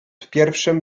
pierwszem